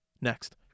next